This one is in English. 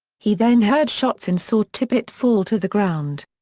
he then heard shots and saw tippit fall to the ground.